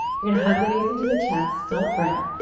you're gonna hug the knees into the chest. don't fret.